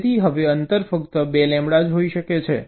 તેથી હવે અંતર ફક્ત 2 લેમ્બડા હોઈ શકે છે